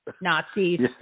Nazis